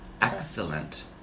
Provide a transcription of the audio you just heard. excellent